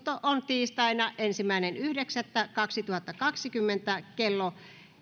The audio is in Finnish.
tiistaina ensimmäinen yhdeksättä kaksituhattakaksikymmentä kello